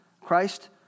Christ